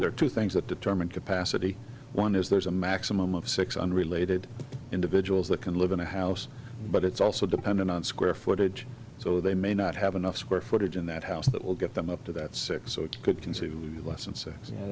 there are two things that determine capacity one is there's a maximum of six unrelated individuals that can live in a house but it's also dependent on square footage so they may not have enough square footage in that house that will get them up to that six so it could conceivably be less